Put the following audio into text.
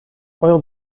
oil